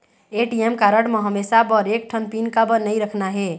ATM card म हमेशा बर एक ठन पिन काबर नई रखना हे?